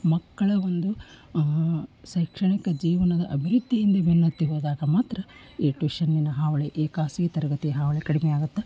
ಮಕ್ಕಳ ಒಂದು ಶೈಕ್ಷಣಿಕ ಜೀವನದ ಅಭಿವೃದ್ಧಿ ಹಿಂದೆ ಬೆನ್ನತ್ತಿ ಹೋದಾಗ ಮಾತ್ರ ಈ ಟ್ಯೂಷನ್ನಿನ ಹಾವಳಿ ಈ ಖಾಸಗಿ ತರಗತಿಯ ಹಾವಳಿ ಕಡಿಮೆಯಾಗತ್ತೆ